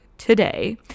today